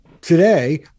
today